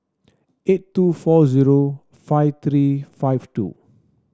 eight two four zero five three five two